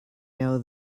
know